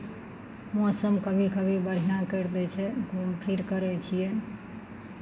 मौसम कभी कभी बढ़िआँ करि दै छै घूमफिर करै छियै